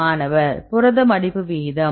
மாணவர் புரத மடிப்பு வீதம்